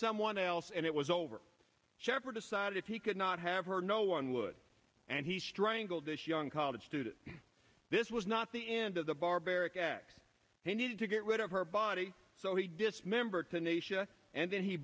someone else and it was over schaeffer decided he could not have her no one would and he strangled this young college student this was not the end of the barbaric act he needed to get rid of her body so he dismembered to neisha and then he